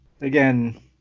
again